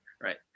right